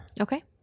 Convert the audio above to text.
Okay